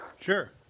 Sure